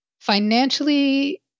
financially